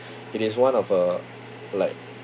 it is one of uh like